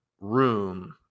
room